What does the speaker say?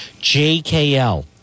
JKL